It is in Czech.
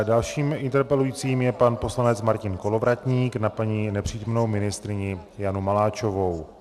Dalším interpelujícím je pan poslanec Martin Kolovratník na nepřítomnou ministryni Janu Maláčovou.